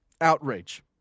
Outrage